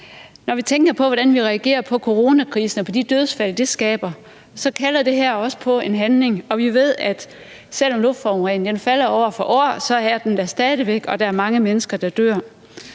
Når vi tænker på, hvordan vi reagerer på coronakrisen og de dødsfald, den skaber, kalder det her også på en handling. Vi ved, at selv om luftforureningen falder år for år, er den der stadig væk, og der er derfor mange mennesker, der dør.